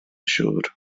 siŵr